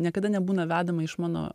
niekada nebūna vedama iš mano